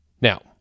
Now